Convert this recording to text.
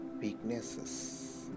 weaknesses